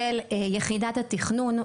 של יחידת התכנון.